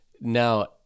Now